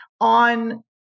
on